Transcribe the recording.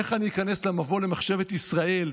איך אני איכנס למבוא למחשבת ישראל,